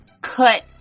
cut